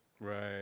Right